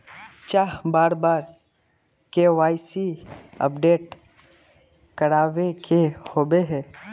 चाँह बार बार के.वाई.सी अपडेट करावे के होबे है?